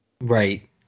Right